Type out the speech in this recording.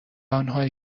آنهایی